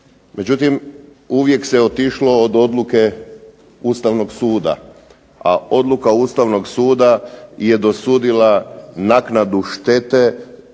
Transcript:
Međutim, uvijek se otišlo od odluke Ustavnog suda. A odluka Ustavnog suda je dosudila naknadu štete